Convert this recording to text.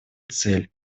цель